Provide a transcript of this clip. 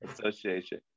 Association